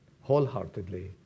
wholeheartedly